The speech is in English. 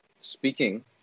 Speaking